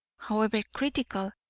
however critical,